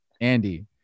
Andy